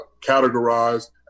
categorized